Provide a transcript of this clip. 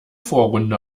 vorrunde